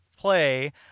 play